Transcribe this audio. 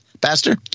Pastor